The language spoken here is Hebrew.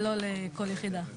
ולא לכל יחידת ייצור